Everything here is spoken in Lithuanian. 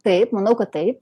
taip manau kad taip